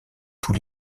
tous